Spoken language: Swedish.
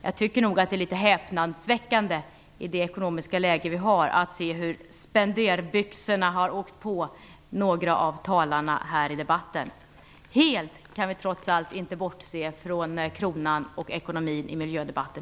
Jag tycker nog att det är litet häpnadsväckande, i det ekonomiska läge vi befinner oss i, att se hur spenderbyxorna har åkt på några av talarna här i debatten. Vi kan trots allt inte helt bortse från ekonomin och kronan i miljödebatten.